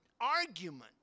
argument